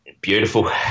Beautiful